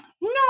No